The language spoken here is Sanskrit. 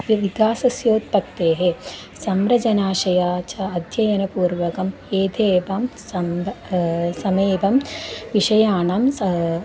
विकासस्य उत्पत्तेः संरचनाशया च अध्ययनपूर्वकम् एतेभं सन्द समीपं विषयाणां सा